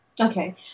Okay